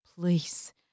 please